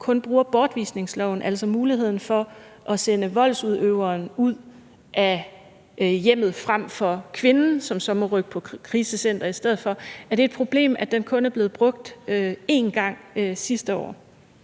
har brugt bortvisningsloven, altså muligheden for at sende voldsudøveren ud af hjemmet frem for kvinden, som så må rykke på krisecenter i stedet for, én gang sidste år?